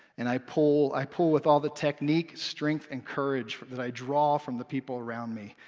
and i pull, i pull with all the technique, strength, and courage that i draw from the people around me.